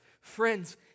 friends